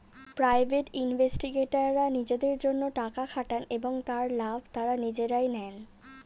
private ইনভেস্টররা নিজেদের জন্যে টাকা খাটান এবং যার লাভ তারা নিজেরাই নেন